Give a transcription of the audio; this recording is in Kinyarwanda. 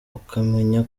ukamenya